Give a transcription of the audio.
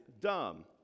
dumb